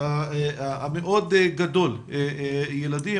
המאוד גדול בילדים,